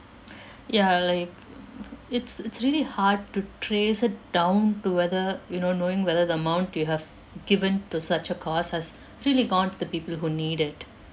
ya like it's it's really hard to trace it down to whether you know knowing whether the amount you have given to such a cause has really gone to the people who need it